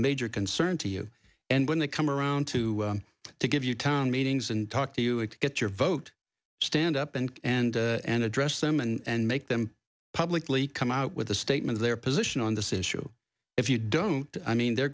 major concern to you and when they come around to to give you town meetings and talk to you and get your vote stand up and and and address them and make them publicly come out with a statement their position on this issue if you don't i mean they're